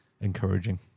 encouraging